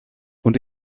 und